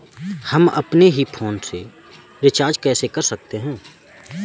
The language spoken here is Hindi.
हम अपने ही फोन से रिचार्ज कैसे कर सकते हैं?